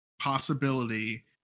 possibility